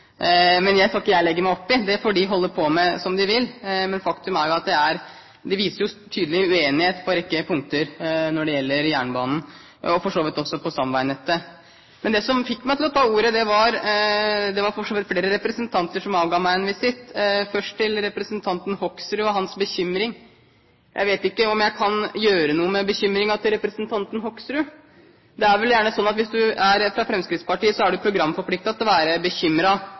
Men faktum er jo at det viser tydelig uenighet på en rekke punkter når det gjelder jernbanen, og for så vidt også når det gjelder stamveinettet. Men det som fikk meg til å ta ordet, var at flere representanter avga meg en visitt. Først til representanten Hoksrud og hans bekymring: Jeg vet ikke om jeg kan gjøre noe med bekymringen til representanten Hoksrud. Det er vel gjerne slik at hvis man er fra Fremskrittspartiet, er man programforpliktet til å være